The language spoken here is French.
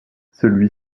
celui